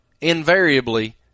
invariably